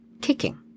kicking